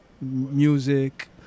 music